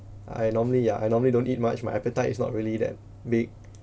I normally ya I normally don't eat much my appetite is not really that big